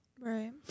Right